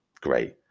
great